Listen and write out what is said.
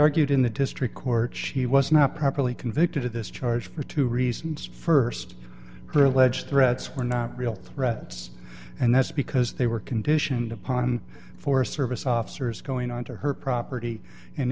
argued in the district court she was not properly convicted of this charge for two reasons st clear ledge threats were not real threats and that's because they were conditioned upon forest service officers going on to her property